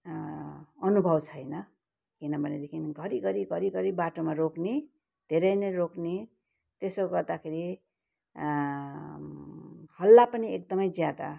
अनुभव छैन किनभनेदेखिन् घरी घरी घरी घरी बाटोमा रोक्ने धेरै नै रोक्ने त्यसो गर्दाखेरि हल्ला पनि एकदमै ज्यादा